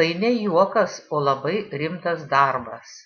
tai ne juokas o labai rimtas darbas